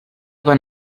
van